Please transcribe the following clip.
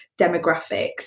demographics